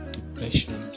depression